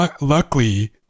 Luckily